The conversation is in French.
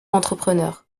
entrepreneurs